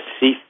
see